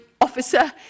Officer